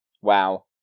Wow